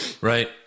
Right